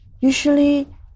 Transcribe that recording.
usually